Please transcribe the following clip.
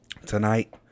Tonight